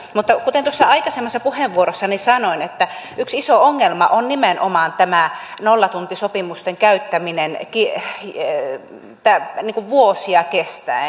mutta kuten aikaisemmassa puheenvuorossani sanoin yksi iso ongelma on nimenomaan tämä nollatuntisopimusten käyttäminen vuosia kestäen